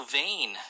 vain